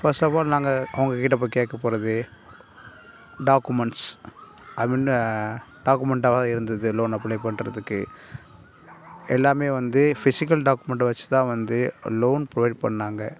first of all நாங்கள் அவங்க கிட்ட போய் கேட்க போகிறது டாக்குமெண்ட்ஸ் அதுக்கு முன்ன டாக்குமெண்ட்டாவாக இருந்தது லோன் அப்ளை பண்ணுறதுக்கு எல்லாமே வந்து ஃபிஸிக்கல் டாக்குமெண்ட்டை வச்சு தான் வந்து லோன் ப்ரோவைட் பண்ணுணாங்க